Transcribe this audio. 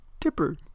Tipper